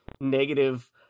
negative